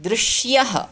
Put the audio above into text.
दृश्यः